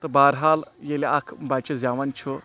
تہٕ بہرحال ییٚلہِ اَکھ بَچہِ زیٚوان چھُ